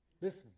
Listen